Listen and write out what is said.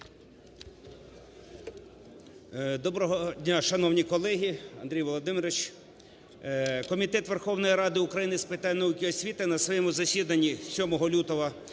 Доброго дня, шановні колеги, Андрій Володимирович! Комітет Верховної Ради України з питань науки і освіти на своєму засіданні 7 лютого